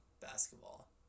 basketball